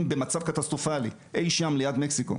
במצב קטסטרופלי: אי שם ליד מקסיקו,